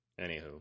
anywho